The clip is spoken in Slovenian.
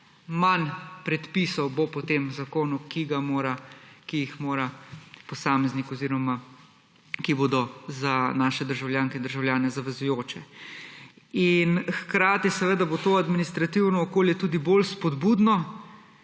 manj predpisov bo po tem zakonu, ki jih mora posameznik oziroma ki bodo za naše državljanke in državljane zavezujoče. Hkrati seveda bo to administrativno okolje tudi bolj spodbudno